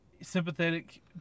Sympathetic